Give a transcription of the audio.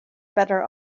better